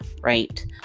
right